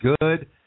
good